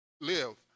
live